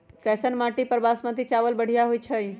कैसन माटी पर बासमती चावल बढ़िया होई छई?